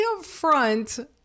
upfront